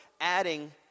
adding